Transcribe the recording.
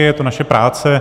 Je to naše práce.